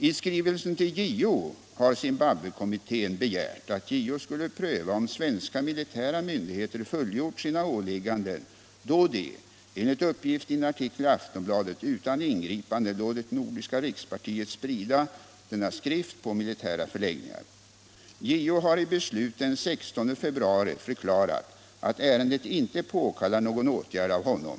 I skrivelsen till JO har Zimbabwekommittén begärt att JO skulle pröva om svenska militära myndigheter fullgjort sina åligganden då de, enligt uppgift i en artikel i Aftonbladet, utan ingripande låtit nordiska rikspartiet sprida den skrift det här gäller på militära förläggningar. JO har i beslut den 16 februari förklarat att ärendet inte påkallar någon åtgärd av honom.